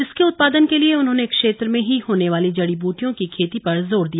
इसके उत्पादन के लिए उन्होंने क्षेत्र में ही होने वाली जड़ी बूटियों की खेती पर जोर दिया